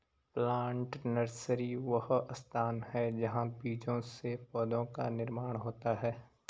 plant nursery वह स्थान है जहां बीजों से पौधों का निर्माण होता है